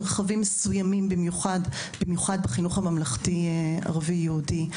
באופן יותר מובהק באזורים מסוימים כמו בחינוך הממלכתי ערבי יהודי.